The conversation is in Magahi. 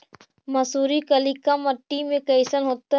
मसुरी कलिका मट्टी में कईसन होतै?